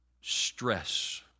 stress